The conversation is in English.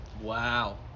wow